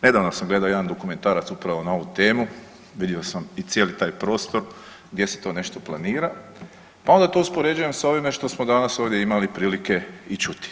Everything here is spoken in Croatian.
Nedavno sam gledao jedan dokumentarac upravo na ovu temu, vidio sam i cijeli taj prostor gdje se to nešto planira, pa onda to uspoređujem sa ovime što smo danas ovdje imali prilike i čuti.